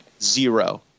Zero